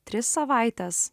tris savaites